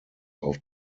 auf